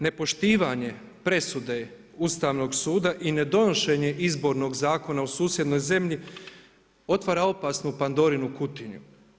Nepoštivanje presude Ustavnog suda i ne donošenje izbornog zakona u susjednoj zemlji, otvara opasnu Pandorinu kutiju.